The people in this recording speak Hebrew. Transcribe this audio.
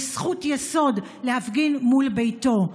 ויש זכות יסוד להפגין מול ביתו.